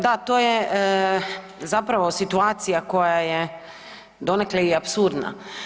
Da, to je zapravo situacija koja je donekle i apsurdna.